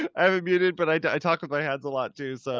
i haven't muted, but i i talk with my hands a lot too, so